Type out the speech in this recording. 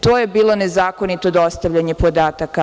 To je bilo nezakonito dostavljanje podataka.